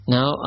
Now